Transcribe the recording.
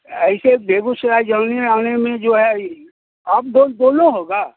ऐसे बेगूसराय जाने आने में जो है अप डोऊन दोनों होगा